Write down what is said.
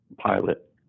pilot